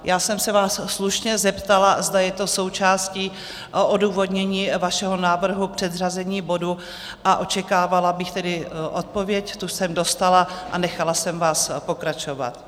Já jsem se vás slušně zeptala, zda je to součástí odůvodnění vašeho návrhu na předřazení bodu, a očekávala bych tedy odpověď, tu jsem dostala a nechala jsem vás pokračovat.